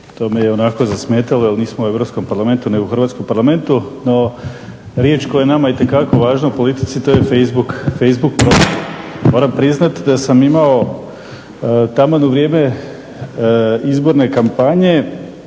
to me je ionako zasmetalo jer nismo u Europskom parlamentu nego Hrvatskom parlamentu ali riječ koja je nama itekako važna u politici to je facebook. Moram priznati da sam imao taman u vrijeme izborne kompanije